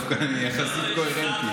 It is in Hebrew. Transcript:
אני דווקא יחסית קוהרנטי.